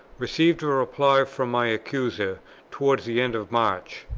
received a reply from my accuser towards the end of march,